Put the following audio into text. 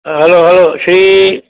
hello hello Shri